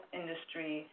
industry